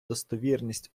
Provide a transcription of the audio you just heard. достовірність